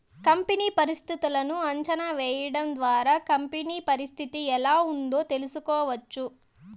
company పరిస్థితులను అంచనా వేయడం ద్వారా కంపెనీ పరిస్థితి ఎలా ఉందో తెలుసుకోవచ్చు